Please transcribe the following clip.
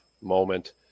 moment